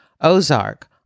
Ozark